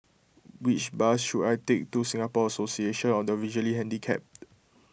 which bus should I take to Singapore Association of the Visually Handicapped